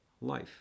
life